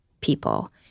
people